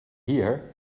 here